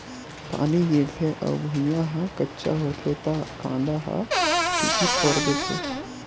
पानी गिरथे अउ भुँइया ह कच्चा होथे त कांदा ह पीकी फोर देथे